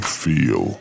feel